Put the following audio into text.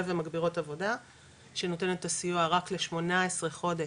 ומגבירות עבודה שנותנת את הסיוע רק ל-18 חודש,